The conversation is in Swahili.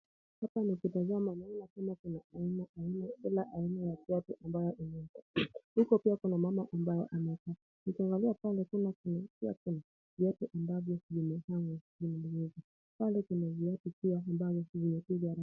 Hapa nikitazama naona kama kuna kila aina ya kiatu ambayo inahitajika. Naona kama kuna mama amekuja kununua. Nikiangalia pale kuna viatu ambavyo vimepangwa.